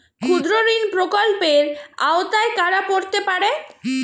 ক্ষুদ্রঋণ প্রকল্পের আওতায় কারা পড়তে পারে?